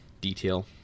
detail